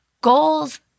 goals